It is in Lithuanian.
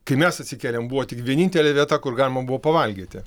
kai mes atsikėlėm buvo tik vienintelė vieta kur galima buvo pavalgyti